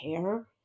care